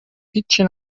هیچچی